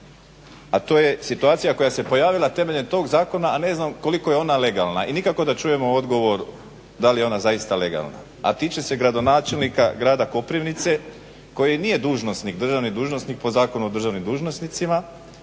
a to je situacija koja se pojavila temeljem tog zakona a ne znam koliko je ona legalna i nikako da čujemo odgovor da li je ona zaista legalna. A tiče se gradonačelnika grada Koprivnice koji nije državni dužnosnik po Zakonu o državnim dužnosnicima